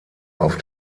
auf